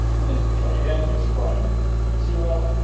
and then try again, is prime of zero.